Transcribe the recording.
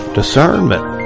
discernment